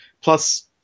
Plus